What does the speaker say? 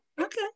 Okay